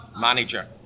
manager